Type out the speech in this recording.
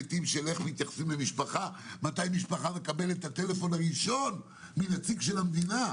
מתי מקבלים את הטלפון הראשון ועוד.